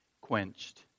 quenched